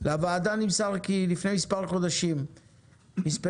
לוועדה נמסר כי לפני מספר חודשים מספנות